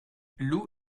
lou